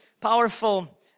powerful